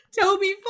Toby